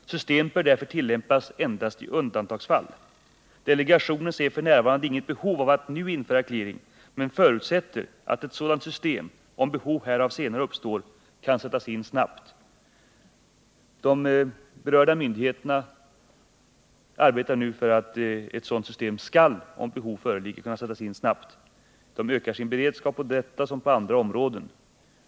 Systemet bör därför tillämpas endast i undantagsfall. Delegationen ser f. n. inget behov av att nu införa clearing men förutsätter att ett sådant system, om behov härav senare uppstår, kan sättas in snabbt. De berörda myndigheterna arbetar nu för att ett sådant system — om behov föreligger — skall kunna sättas in snabbt. De ökar sin beredskap på detta område som på andra områden.